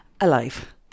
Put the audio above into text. alive